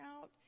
out